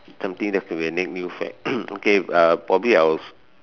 something that could be the next new fad okay uh probably I will